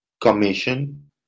commission